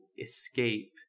escape